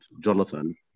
Jonathan